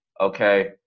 Okay